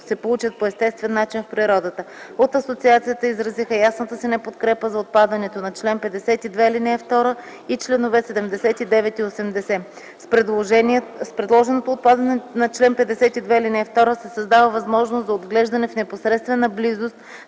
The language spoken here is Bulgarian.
се получат по естествен начин в природата. От асоциацията изразиха ясната си неподкрепа за отпадането на чл. 52, ал. 2, и членове 79 и 80. С предложеното отпадане на чл. 52, ал. 2 се създава възможност за отглеждане в непосредствена близост